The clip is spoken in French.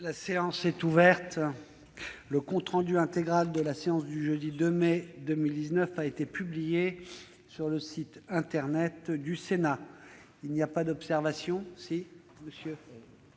La séance est ouverte. Le compte rendu intégral de la séance du jeudi 2 mai 2019 a été publié sur le site internet du Sénat. Il n'y a pas d'observation ?